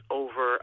over